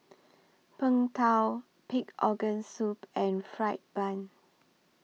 Png Tao Pig'S Organ Soup and Fried Bun